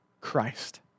Christ